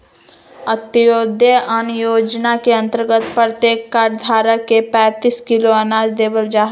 अंत्योदय अन्न योजना के अंतर्गत प्रत्येक कार्ड धारक के पैंतीस किलो अनाज देवल जाहई